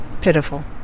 pitiful